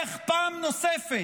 איך פעם נוספת,